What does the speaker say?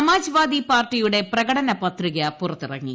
സമാജ്വാദി പാർട്ടിയുടെ പ്രകടന പത്രിക പുറത്തിറങ്ങി